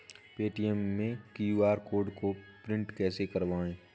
Paytm के QR code को print कैसे करवाएँ?